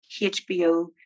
HBO